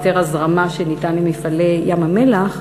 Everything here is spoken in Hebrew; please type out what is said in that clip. ישיבה י"ב הישיבה השתים-עשרה של הכנסת התשע-עשרה יום רביעי,